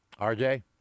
RJ